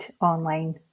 online